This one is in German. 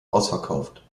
ausverkauft